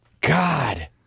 God